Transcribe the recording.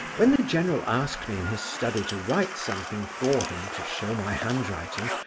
when the general asked me, in his study, to write something for him, to show my handwriting,